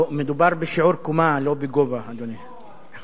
לא, מדובר בשיעור קומה, לא בגובה, אדוני.